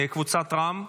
קבוצת רע"מ,